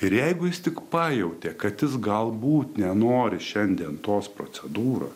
ir jeigu jis tik pajautė kad jis galbūt nenori šiandien tos procedūros